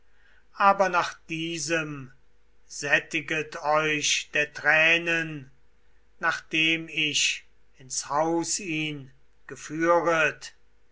aber nach diesem sättiget euch der tränen nachdem ich ins haus ihn geführet